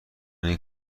این